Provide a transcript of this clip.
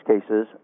cases